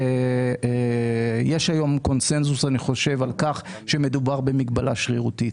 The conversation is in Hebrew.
יש היום קונצנזוס על כך, שמדובר במגבלה שרירותית.